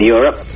Europe